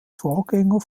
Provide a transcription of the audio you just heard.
vorgänger